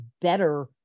better